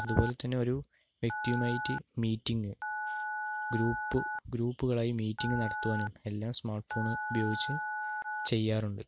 അതുപോലെതന്നെ ഒരു വ്യക്തിയുമായിട്ട് മീറ്റിംഗ് ഗ്രൂപ്പ് ഗ്രൂപ്പുകളായി മീറ്റിംഗ് നടത്തുവാനും എല്ലാം സ്മാർട്ട് ഫോൺ ഉപയോഗിച്ച് ചെയ്യാറുണ്ട്